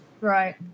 Right